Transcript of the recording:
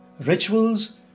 rituals